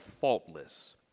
faultless